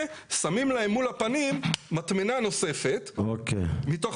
ושמים להם מול הפנים מטמנה נוספת מתוך